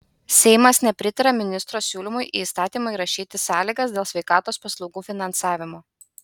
seimas nepritarė ministro siūlymui į įstatymą įrašyti sąlygas dėl sveikatos paslaugų finansavimo